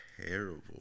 terrible